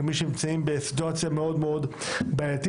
כמי שנמצאים בסיטואציה מאוד בעייתית,